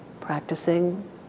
practicing